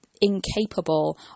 incapable